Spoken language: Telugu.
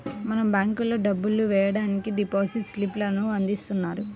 మనం బ్యేంకుల్లో డబ్బులు వెయ్యడానికి డిపాజిట్ స్లిప్ లను అందిస్తున్నారు